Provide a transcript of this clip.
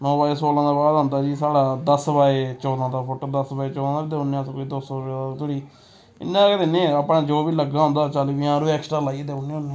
नौ by सोलां दे बाद आंदा जी साढ़ा दस बाय चौदां दा फुट्ट दस बाय चौदां दा बी देई ओड़ने अस कोई दो सौ रपेऽ धोड़ी इन्ना गै दिन्ने अपना जो बी लग्गा दा होंदा चाली पंजाह् रपेऽ ऐक्सट्रा लाइयै देई ओड़ने होन्ने